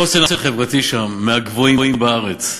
החוסן החברתי שם מהגבוהים בארץ,